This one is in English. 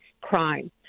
crime